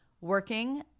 working